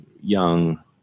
young